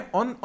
on